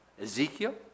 Ezekiel